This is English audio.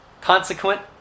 Consequent